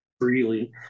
freely